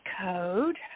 code